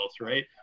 right